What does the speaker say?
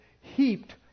heaped